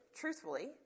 truthfully